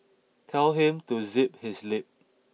tell him to zip his lip